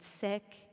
sick